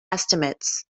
estimates